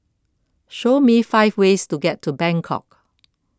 show me five ways to get to Bangkok